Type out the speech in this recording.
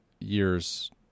years